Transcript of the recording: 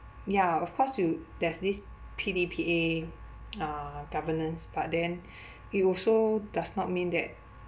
ya of course you there's this P_D_P_A uh governance but then it also does not mean that